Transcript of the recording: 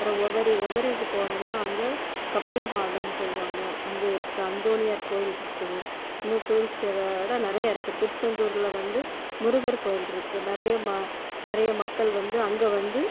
அப்புறம் ஒவ்வெரி ஒவ்வெரிக்கு போனேன்னா அங்கே கப்பல் மாதான்னு சொல்லுவாங்க அங்கே இருக்கு அந்தோனியார் கோவில் இருக்குது இன்னும் டூரிஸ்டு இடம் நிறைய இருக்கு திருச்செந்தூரில் வந்து முருகர் கோவில் இருக்கு நிறைய ம நிறைய மக்கள் வந்து அங்கே வந்து